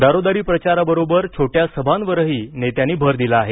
दारोदारी प्रचाराबरोबर छोट्या सभांवरही नेत्यांनी भर दिला आहे